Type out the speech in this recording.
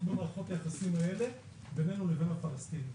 במערכות היחסים האלה בינינו לבין הפלסטינים.